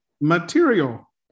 material